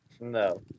no